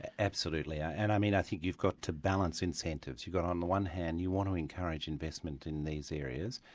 absolutely. and i mean i think you've got to balance incentives. you've got on the one hand you want to encourage investment in these areas,